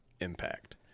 impact